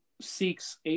seeks